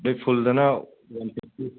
ꯐꯨꯜꯗꯅ one fifty